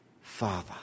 father